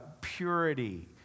purity